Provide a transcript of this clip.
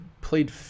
played